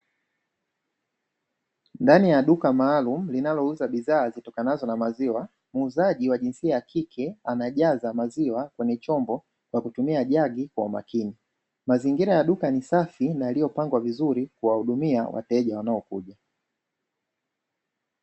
Ndani ya duka maalumu linalouza bidhaa zitokanazo na maziwa, muuzaji wa jinsia ya kike anajaza maziwa kwenye chombo kwa kutumia jagi kwa umakini. Mazingira ya duka ni safi na yaliyopangwa vizuri kuwa hudumia wateja wanaokuja.